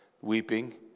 Weeping